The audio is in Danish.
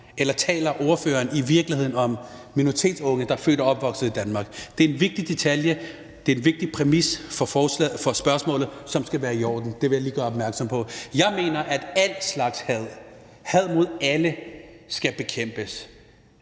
eller taler ordføreren i virkeligheden om minoritetsunge, der er født og opvokset i Danmark? For det er en vigtig detalje og en vigtig præmis for spørgsmålet, som skal være i orden. Det vil jeg lige gøre opmærksom på. Jeg mener, at al slags had, had mod alle, skal bekæmpes.